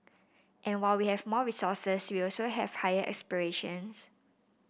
and while we have more resources we also have higher aspirations